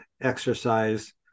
exercise